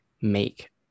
make